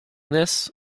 this